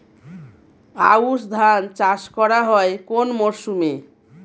আউশ ধান চাষ করা হয় কোন মরশুমে?